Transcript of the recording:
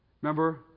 Remember